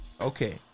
Okay